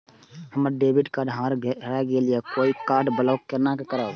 हमर debit card हरा गेल ये कार्ड ब्लॉक केना करब?